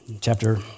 chapter